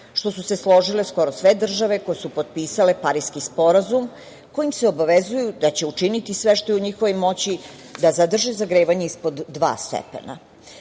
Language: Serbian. što su se složile skoro sve države koje su potpisale Pariski sporazum kojim se obavezuju da će učiniti sve što je u njihovoj moći da zadrže zagrevanje ispod dva stepena. Pariski